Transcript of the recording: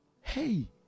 hey